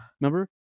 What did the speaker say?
Remember